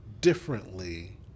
differently